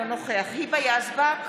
אינו נוכח היבה יזבק,